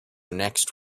next